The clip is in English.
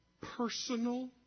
personal